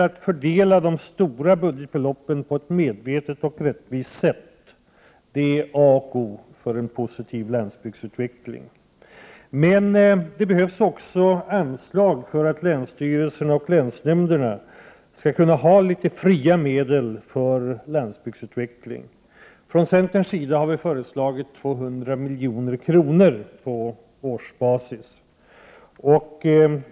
Att fördela de stora budgetbeloppen på ett medvetet och rättvist sätt är A och O för en positiv landsbygdsutveckling. Men det behövs också anslag för att länsstyrelsen och länsnämnderna skall kunna ha litet fria medel för landsbygsutveckling. Från centerns sida har vi föreslagit 200 milj.kr. på årsbasis.